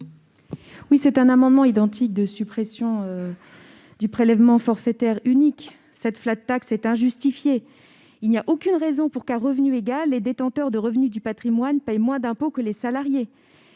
C'est un amendement identique de suppression du PFU. Cette est injustifiée. Il n'y a aucune raison pour qu'à revenu égal les détenteurs de revenus du patrimoine paient moins d'impôt que les salariés.